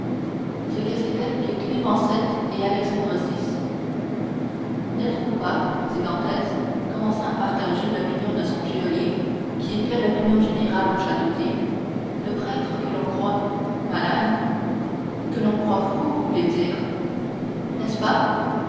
ce que c'étaient que clément vii et alexandre vi n'êtes-vous pas dit dantès commençant à partager l'opinion de son geôlier qui était l'opinion générale au château d'if le prêtre que l'on croit malade que l'on croit fou vous voulez dire n'est-ce pas